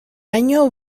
año